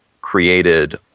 created